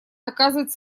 доказывать